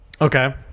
Okay